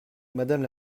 madame